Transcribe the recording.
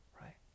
right